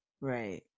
Right